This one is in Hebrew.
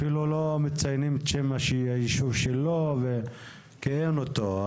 אפילו לא מציינים את שם הישוב שלו, כי אין אותו.